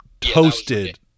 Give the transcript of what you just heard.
toasted